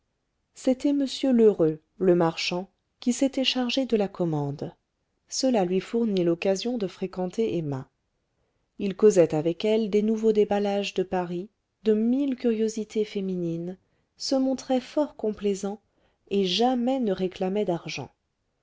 c'était m lheureux le marchand qui s'était chargé de la commande cela lui fournit l'occasion de fréquenter emma il causait avec elle des nouveaux déballages de paris de mille curiosités féminines se montrait fort complaisant et jamais ne réclamait d'argent